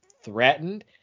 threatened